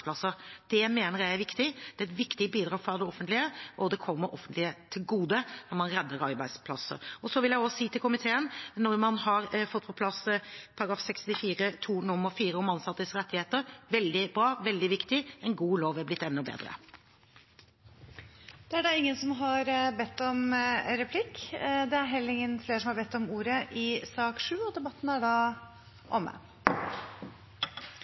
Det mener jeg er viktig – det er et viktig bidrag fra det offentlige, og det kommer det offentlige til gode når man redder arbeidsplasser. Jeg vil også si til komiteen at når man har fått på plass § 61 andre ledd nr. 4 om ansattes rettigheter, er det veldig bra, veldig viktig – og en god lov er blitt enda bedre. Flere har ikke bedt om ordet til sak nr. 7. Etter ønske fra utenriks- og forsvarskomiteen vil presidenten ordne debatten